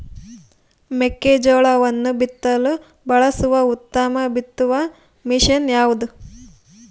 ಮೆಕ್ಕೆಜೋಳವನ್ನು ಬಿತ್ತಲು ಬಳಸುವ ಉತ್ತಮ ಬಿತ್ತುವ ಮಷೇನ್ ಯಾವುದು?